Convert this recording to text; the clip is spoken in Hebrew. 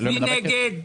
אני רוצה להבין בדיוק.